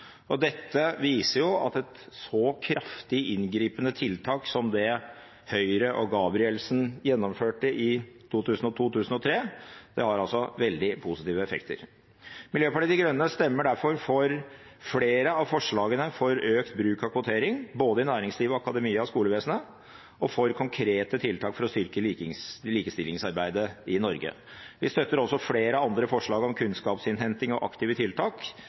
aksjekurs. Dette viser at et så kraftig inngripende tiltak som Høyre og Gabrielsen gjennomførte i 2002/2003, har veldig positive effekter. Miljøpartiet De Grønne stemmer derfor for flere av forslagene om økt bruk av kvotering, både i næringslivet, i akademia og i skolevesenet, og for konkrete tiltak for å styrke likestillingsarbeidet i Norge. Vi støtter også flere andre forslag om kunnskapsinnhenting og aktive tiltak,